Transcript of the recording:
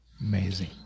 Amazing